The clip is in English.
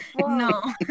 No